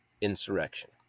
insurrection